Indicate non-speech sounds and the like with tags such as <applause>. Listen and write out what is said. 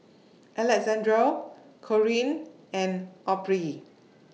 <noise> Alexandria Corinne and Aubrey <noise>